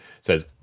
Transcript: says